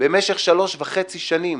במשך שלוש וחצי שנים